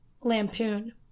lampoon